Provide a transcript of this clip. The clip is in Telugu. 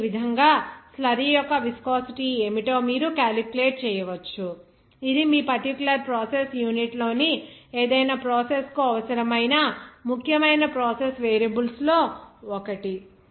కాబట్టి ఈ విధంగా స్లర్రీ యొక్క విస్కోసిటీ ఏమిటో మీరు క్యాలిక్యులేట్ చేయవచ్చు ఇది మీ పర్టిక్యులర్ ప్రాసెస్ యూనిట్లోని ఏదైనా ప్రాసెస్ కు అవసరమైన ముఖ్యమైన ప్రాసెస్ వేరియబుల్స్లో ఒకటి